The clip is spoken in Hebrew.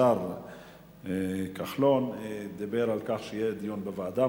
השר כחלון דיבר על כך שיהיה דיון בוועדה,